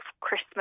Christmas